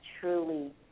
truly